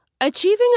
Achieving